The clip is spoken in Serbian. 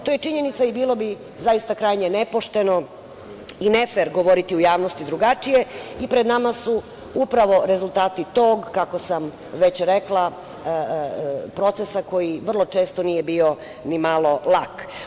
To je činjenica i bilo bi zaista krajnje nepošteno i nefer govoriti u javnosti drugačije i pred nama su upravo rezultati tog, kako sam već rekla procesa koji vrlo često nije bio ni malo lak.